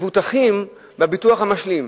שמבוטחים בביטוח המשלים.